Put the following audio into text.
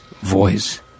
voice